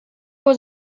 was